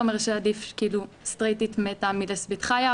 אומר שעדיף סטרייטית מתה מלסבית חיה?